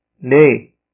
nay